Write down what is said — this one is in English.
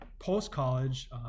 post-college